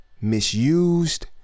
misused